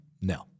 No